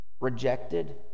Rejected